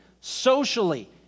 socially